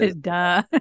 Duh